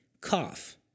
cough